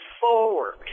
forward